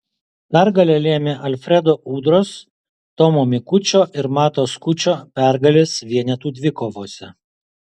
pergalę lėmė alfredo udros tomo mikučio ir mato skučo pergalės vienetų dvikovose